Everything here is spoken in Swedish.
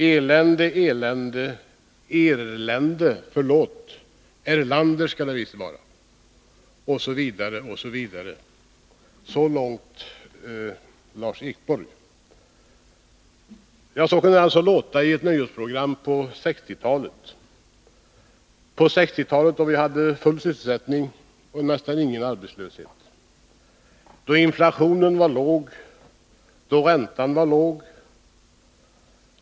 Elände, elände, elände, Erlände — förlåt, Erlander skall det visst vara...” osv. Ja, så kunde det låta i ett nöjesprogram på 1960-talet. På 1960-talet då vi hade full sysselsättning och nästan ingen arbetslöshet, då inflationen var låg och då räntan var låg.